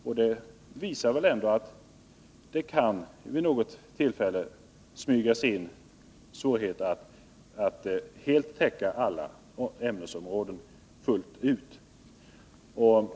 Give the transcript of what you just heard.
Att det vid något tillfälle kan smyga sig in sådana felaktigheter visar hur svårt det är att fullständigt täcka alla ämnesområden.